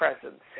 presence